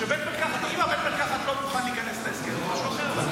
אם בית המרקחת לא מוכן להיכנס להסכם, זה משהו אחר.